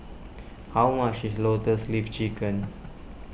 how much is Lotus Leaf Chicken